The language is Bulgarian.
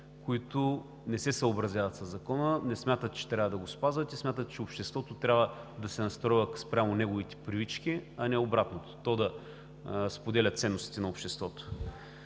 които не се съобразяват със закона, не смятат, че трябва да го спазват и смятат, че обществото трябва да се настрои спрямо неговите привички, а не обратното – то да споделя ценностите на обществото.